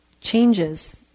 changes